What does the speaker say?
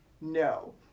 no